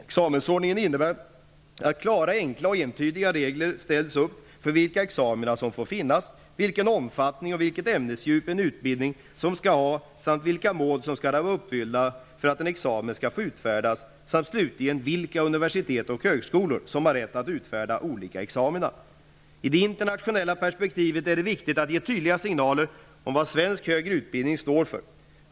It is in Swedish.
Examensordningen innebär att klara, enkla och entydiga regler ställts upp för vilka examina som får finnas, vilken omfattning och vilket ämnesdjup en utbildning skall ha samt vilka mål som skall vara uppfyllda för att en examen skall få utfärdas samt slutligen vilka universitet och högskolor som har rätt att utfärda olika examina. I det internationella perspektivet är det viktigt att ge tydliga signaler om vad svensk högre utbildning står för.